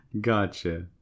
Gotcha